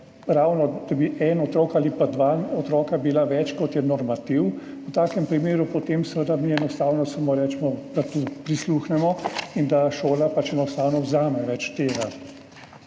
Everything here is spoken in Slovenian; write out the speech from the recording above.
ravno en otrok ali pa dva otroka več, kot je normativ, v takem primeru potem seveda mi enostavno samo rečemo, da tu prisluhnemo in da šola pač enostavno vzame več tega.